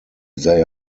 they